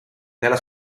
nella